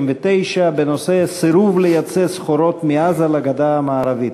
129 בנושא: סירוב לאפשר ייצוא סחורות מעזה לגדה המערבית.